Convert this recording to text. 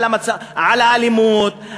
על האלימות,